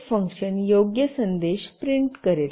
printf function योग्य संदेश print करेल